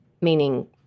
meaning